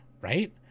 right